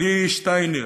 ליהיא שטויאר,